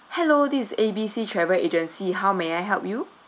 hello this is A B C travel agency how may I help you